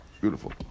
Beautiful